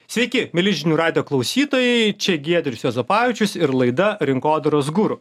sveiki mieli žinių radijo klausytojai čia giedrius juozapavičius ir laida rinkodaros guru